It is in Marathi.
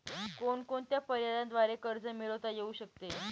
कोणकोणत्या पर्यायांद्वारे कर्ज मिळविता येऊ शकते?